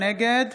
נגד